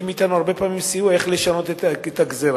מאתנו הרבה פעמים סיוע לשנות את הגזירה,